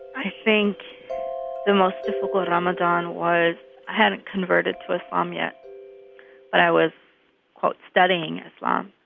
i think the most difficult ramadan was i hadn't converted to islam yet, but i was studying islam,